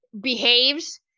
Behaves